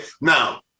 Now